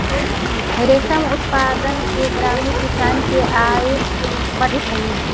रेशम उत्पादन से ग्रामीण किसान के आय बढ़ित हइ